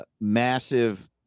massive